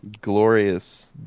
Glorious